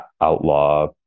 outlaw